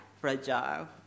fragile